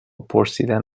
پرسیدن